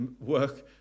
work